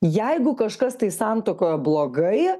jeigu kažkas tai santuokoje blogai